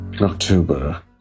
October